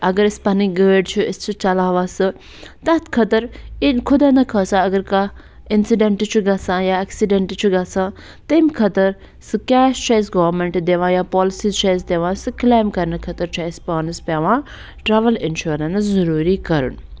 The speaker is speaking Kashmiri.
اَگر اَسہِ پَنٕنۍ گٲڑۍ چھِ أسۍ چھِ چَلاوان سُہ تَتھ خٲطرٕ ییٚلہِ خدا نَخواستہ اَگر کانٛہہ اِنسِڈٮ۪نٛٹ چھُ گژھان یا اٮ۪کسِڈٮ۪نٛٹ چھُ گژھان تَمہِ خٲطرٕ سُہ کیش چھُ اَسہِ گورمٮ۪نٛٹ دِوان یا پالسیٖز چھُ اَسہِ دِوان سُہ کٕلیم کرنہٕ خٲطرٕ چھُ اَسہِ پانَس پٮ۪وان ٹرٛاوٕل اِنشورَنٕس ضٔروٗری کَرُن